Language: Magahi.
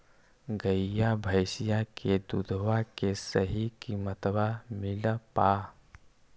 गईया भैसिया के दूधबा के सही किमतबा मिल पा?